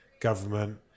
government